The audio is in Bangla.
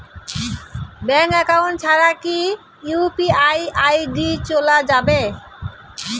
ব্যাংক একাউন্ট ছাড়া কি ইউ.পি.আই আই.ডি চোলা যাবে?